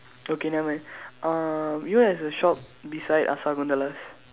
okay nevermind uh you know there's a shop beside ah Sakunthala's